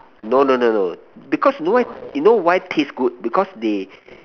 no no no no because know why you know why taste good because they